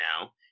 now